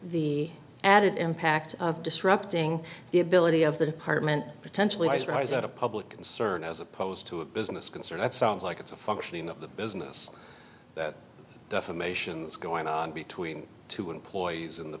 the added impact of disrupting the ability of the department potentially stories out of public concern as opposed to a business concern that sounds like it's a function of the business defamations going on between two employees in the